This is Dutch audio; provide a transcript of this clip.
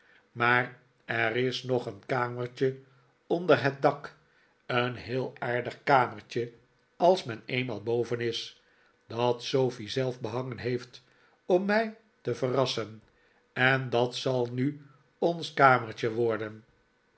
maar er is nog een kamertje onder het dak een heel aardig kamertje als men eenmaal boven is dat sofie zelf behangen heeft om mij te verrassen en dat zal nu ons kamertje worden